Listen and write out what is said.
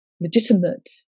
legitimate